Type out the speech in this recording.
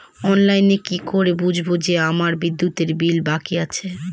অনলাইনে কি করে বুঝবো যে আমার বিদ্যুতের বিল বাকি আছে?